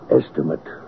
estimate